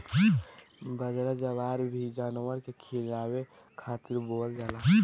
बजरा, जवार भी जानवर के खियावे खातिर बोअल जाला